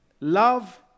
love